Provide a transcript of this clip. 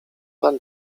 pan